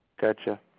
Gotcha